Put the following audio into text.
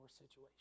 situation